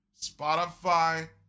Spotify